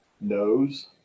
knows